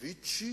הוא לא חדש,